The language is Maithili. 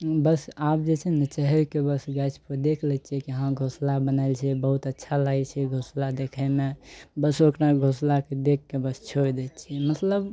बस आब जे छै ने चहरिके बस गाछपर देख लै छियै कि हँ घोसला बनायल छै बहुत अच्छा लागय छै घोसला देखयमे बस ओकरा घोसलाके देखके बस छोड़ि दै छियै मतलब